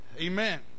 Amen